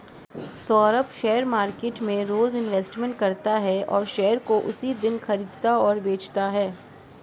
Saurabh share market में रोज investment करता है और शेयर को उसी दिन खरीदता और बेचता है